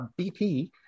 BP